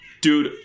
dude